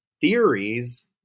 theories